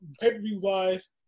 pay-per-view-wise